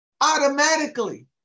automatically